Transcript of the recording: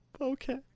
Okay